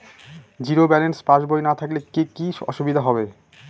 Zero balance পাসবই না থাকলে কি কী অসুবিধা হবে?